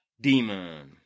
Demon